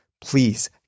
please